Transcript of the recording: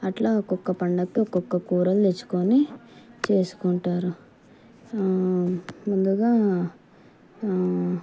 అట్లా ఒక్కొక్క పండగకి ఒక్కొక్క కూరలు తెచ్చుకొని చేసుకుంటారు ముందుగా